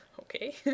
Okay